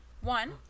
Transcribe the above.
one